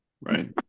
Right